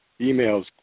emails